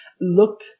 look